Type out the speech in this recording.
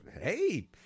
hey